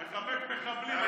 מחבק מחבלים,